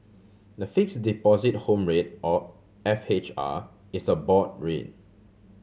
the fix deposit home rate or F H R is a board rate